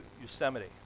Yosemite